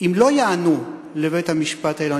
אם לא ייענו לבית-המשפט העליון,